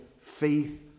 faith